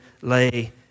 lay